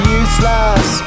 useless